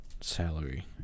salary